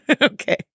Okay